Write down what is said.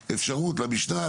למשנה,